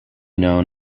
known